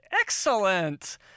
Excellent